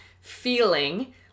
feeling